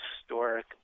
historic